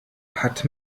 hat